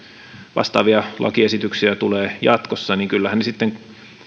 vastaavia lakiesityksiä tulee jatkossa niin kyllähän ne sitten